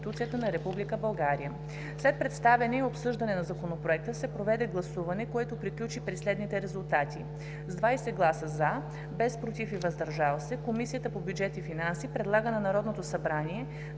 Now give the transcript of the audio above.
на Република България. След представяне и обсъждане на Законопроекта се проведе гласуване, което приключи при следните резултати: с 20 гласа „за”, без “против” и „въздържал се”, Комисията по бюджет и финанси предлага на Народното събрание